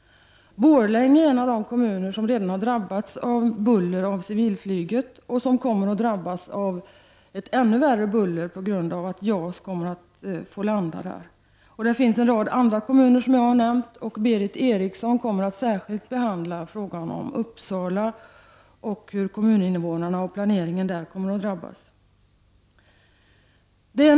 Borlänge är en av de kommuner som redan har drabbats av buller från civilflyget och som kommer att drabbas av ännu värre buller på grund av att JAS kommer att få landa där. Det finns en rad andra kommuner som jag har nämnt. Berith Eriksson kommer särskilt att behandla Uppsala och hur kommuninvånarna och planeringen där kommer att drabbas.